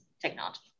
technology